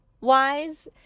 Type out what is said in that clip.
wise